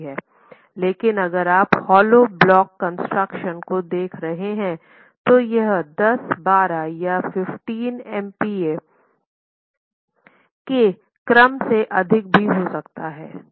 लेकिन अगर आप होलो ब्लॉक कंस्ट्रक्शन को देख रहे हैं तो यह 10 12 या 15 MPa एमपीए के क्रम से अधिक भी हो सकता है